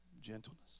Gentleness